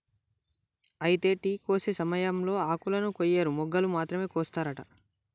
అయితే టీ కోసే సమయంలో ఆకులను కొయ్యరు మొగ్గలు మాత్రమే కోస్తారట